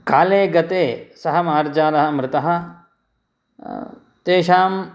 काले गते सः मार्जालः मृतः तेषां